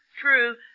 true